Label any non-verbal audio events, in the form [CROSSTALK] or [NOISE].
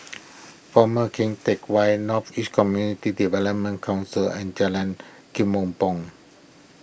[NOISE] former Keng Teck Whay North East Community Development Council and Jalan [UNINTELLIGIBLE]